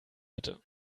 bitte